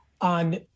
on